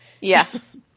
Yes